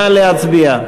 נא להצביע.